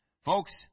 Folks